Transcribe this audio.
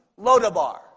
Lodabar